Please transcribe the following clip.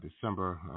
December